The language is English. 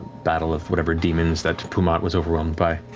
battle of whatever demons that pumat was overwhelmed by.